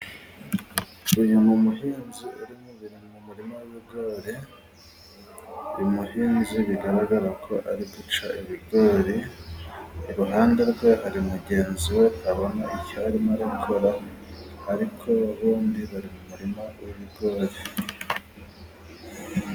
Uyu ni umuhinzi uri mu murima w'ibigori. Umuhinzi bigaragara ko ari guca ibigori. Iruhande rwe hari mugenzi we utabona icyo arimo gukora, ariko bombi bari murima w'ibigori.